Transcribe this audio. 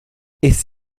ist